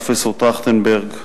פרופסור טרכטנברג,